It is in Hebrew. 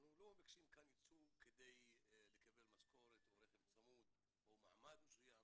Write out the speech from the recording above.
אנחנו לא מבקשים כאן ייצוג כדי לקבל משכורת או רכב צמוד או מעמד מסוים